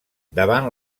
davant